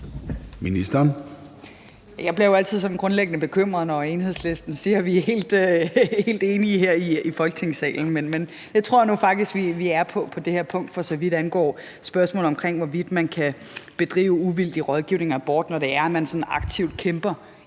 Jeg bliver jo altid sådan grundlæggende bekymret, når Enhedslisten siger, at vi er helt enige her i Folketingssalen, men det tror jeg nu faktisk vi er på det her punkt, for så vidt angår spørgsmålet om, hvorvidt man kan bedrive uvildig rådgivning om abort, når det er, at man aktivt kæmper